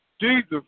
Jesus